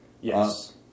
Yes